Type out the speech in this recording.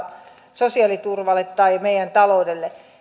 sosiaaliturvalle tai meidän taloudelle